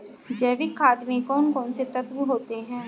जैविक खाद में कौन कौन से तत्व होते हैं?